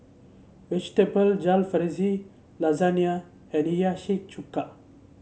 Vegetable Jalfrezi Lasagna and Hiyashi Chuka